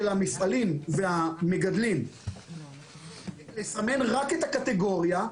המפעלים והמגדלים לסמן רק את הקטגוריה,